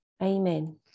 Amen